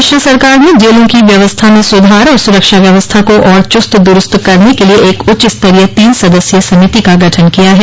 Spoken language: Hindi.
प्रदेश सरकार ने जेलों की व्यवस्था में सुधार और सुरक्षा व्यवस्था को और चुस्त दुरूस्त करने के लिए एक उच्च स्तरीय तीन सदस्यीय समिति का गठन किया है